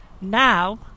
Now